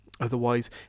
Otherwise